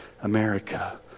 America